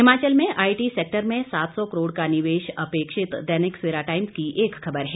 हिमाचल में IT sector में सात सौ करोड़ का निवेश अपेक्षित दैनिक सवेरा टाइम्स की एक खबर है